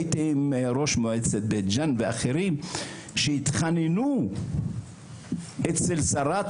הייתי עם ראש מועצת בית ג'אן ואחרים שהתחננו אצל שרת